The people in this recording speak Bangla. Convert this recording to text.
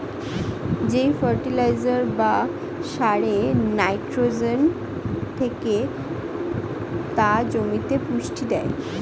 যেই ফার্টিলাইজার বা সারে নাইট্রোজেন থেকে তা জমিতে পুষ্টি দেয়